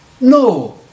No